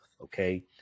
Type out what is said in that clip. okay